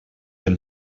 del